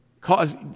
cause